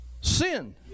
Sin